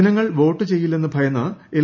ജനങ്ങൾ വോട്ട് ചെയ്യില്ലെന്ന് ഭയന്ന് എൽ